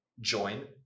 join